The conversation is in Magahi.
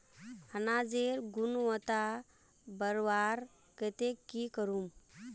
अनाजेर गुणवत्ता बढ़वार केते की करूम?